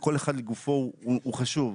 שכל אחד לגופו הוא חשוב,